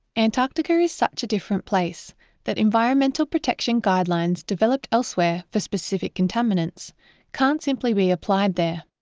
antarctica is such a different place that environmental protection guidelines developed elsewhere for specific contaminants can't simply be applied there.